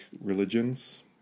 religions